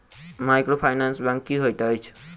Microfinance bank की होइत अछि?